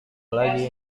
lagi